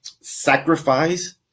sacrifice